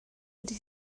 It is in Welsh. ydy